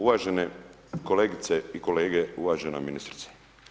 Uvažene kolegice i kolege, uvažena ministrice.